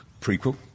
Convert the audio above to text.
prequel